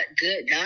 good